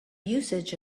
usage